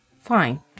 Fine